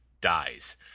dies